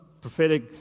prophetic